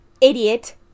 idiot